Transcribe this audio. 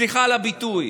סליחה על הביטוי,